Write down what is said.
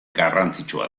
garrantzitsua